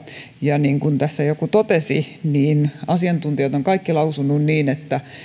ja niin kuin tässä joku totesi asiantuntijat ovat kaikki lausuneet niin että